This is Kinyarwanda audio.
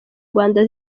rwanda